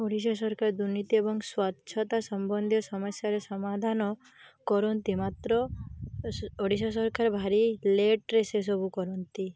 ଓଡ଼ିଶା ସରକାର ଦୁର୍ନୀତି ଏବଂ ସ୍ୱଚ୍ଛତା ସମ୍ବନ୍ଧୀୟ ସମସ୍ୟାରେ ସମାଧାନ କରନ୍ତି ମାତ୍ର ଓଡ଼ିଶା ସରକାର ଭାରି ଲେଟ୍ରେ ସେସବୁ କରନ୍ତି